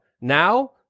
Now